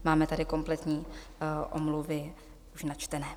Máme tady kompletní omluvy načtené.